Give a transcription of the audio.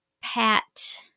Pat